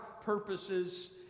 purposes